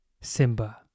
Simba